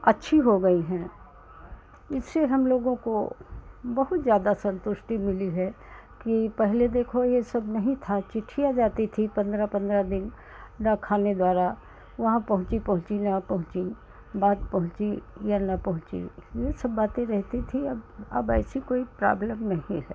अच्छी हो गई हैं इससे हमलोगों को बहुत ज़्यादा सन्तुष्टि मिली है कि पहले देखो यह सब नहीं था चिट्ठी आ जाती थी पन्द्रह पन्द्रह दिन डाकखाने द्वारा वहाँ पहुँची पहुँची नहीं पहुँची बात पहुँची या नहीं पहुँची यह सब बातें रहती थी अब अब ऐसी कोई प्राब्लम नहीं है